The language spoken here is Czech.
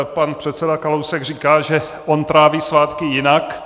Pan předseda Kalousek říká, že on tráví svátky jinak.